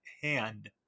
hand